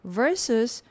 versus